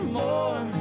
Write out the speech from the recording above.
more